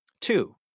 Two